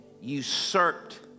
usurped